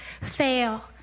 fail